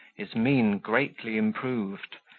his mien greatly improved,